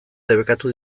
debekatu